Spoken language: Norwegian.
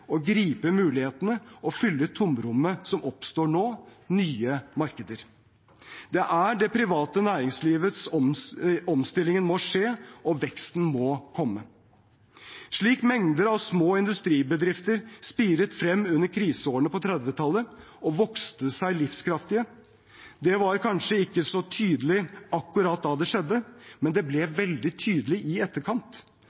gripe mulighetene og fylle tomrommet som oppstår nå – nye markeder. Det er i det private næringslivet omstillingen må skje og veksten må komme, slik mengder av små industribedrifter spiret frem under kriseårene på 1930-tallet og vokste seg livskraftige. Det var kanskje ikke så tydelig akkurat da det skjedde, men det ble